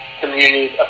communities